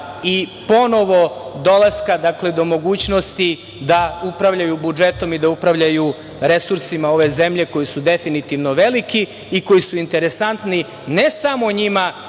i ponovo dolaska, do mogućnosti da upravljaju budžetom i da upravljaju resursima ove zemlje, koji su definitivno veliki i koji su interesantni ne samo njima,